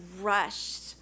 rushed